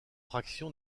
fraction